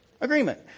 Agreement